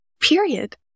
period